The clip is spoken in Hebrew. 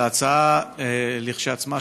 להצעה כשלעצמה,